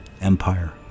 Empire